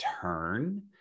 turn